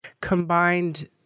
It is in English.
combined